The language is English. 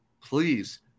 please